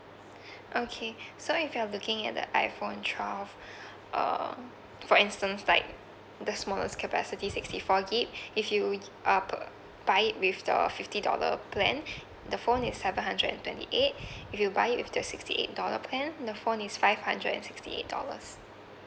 okay so if you are looking at the iPhone twelve uh for instance like the smallest capacity sixty four gig if you uh buy it with the fifty dollar plan the phone is seven hundred and twenty eight if you buy it with the sixty eight dollar plan the phone is five hundred and sixty eight dollars